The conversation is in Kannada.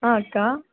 ಹಾಂ ಅಕ್ಕಾ